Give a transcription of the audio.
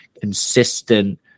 consistent